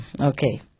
Okay